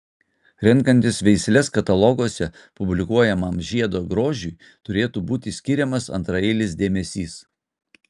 renkantis veisles kataloguose publikuojamam žiedo grožiui turėtų būti skiriamas antraeilis dėmesys